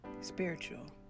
Spiritual